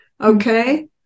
okay